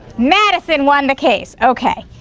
madison won the case, okay.